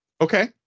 Okay